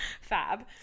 fab